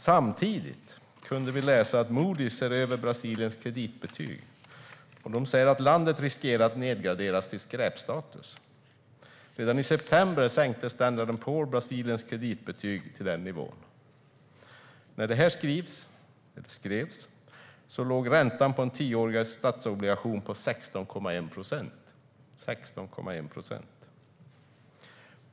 Samtidigt kan vi läsa att Moodys ser över Brasiliens kreditbetyg och säger att landet riskerar att nedgraderas till skräpstatus. Redan i september sänkte Standard & Poors Brasiliens kreditbetyg till den nivån. När detta skrevs låg räntan på en tioårig statsobligation på 16,1 procent.